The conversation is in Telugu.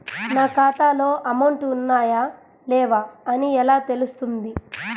నా ఖాతాలో అమౌంట్ ఉన్నాయా లేవా అని ఎలా తెలుస్తుంది?